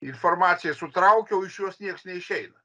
informaciją sutraukiau iš jos nieks neišeina